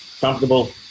comfortable